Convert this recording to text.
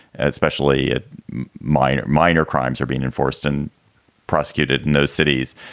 especially at minor minor crimes are being enforced and prosecuted in those cities.